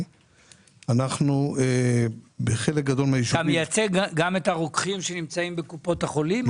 אתה מייצג גם את הרוקחים שנמצאים בקופות החולים?